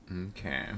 Okay